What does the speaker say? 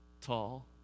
tall